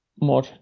more